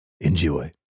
Enjoy